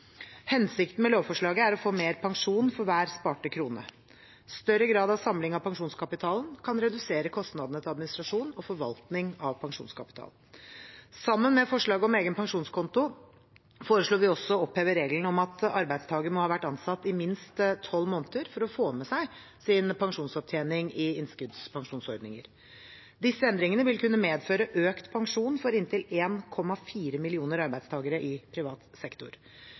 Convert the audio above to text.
Hensikten med lovforslaget er å få mer pensjon for hver sparte krone: Større grad av samling av pensjonskapitalen kan redusere kostnadene til administrasjon og forvaltning av pensjonskapital. Sammen med forslaget om egen pensjonskonto foreslo vi også å oppheve regelen om at arbeidstaker må ha vært ansatt i minst tolv måneder for å få med seg sin pensjonsopptjening i innskuddspensjonsordninger. Disse endringene vil kunne medføre økt pensjon for inntil 1,4 millioner arbeidstakere i privat sektor.